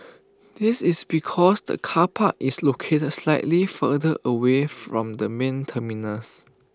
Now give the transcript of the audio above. this is because the car park is located slightly further away from the main terminals